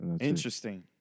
Interesting